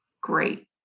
Great